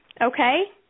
Okay